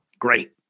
Great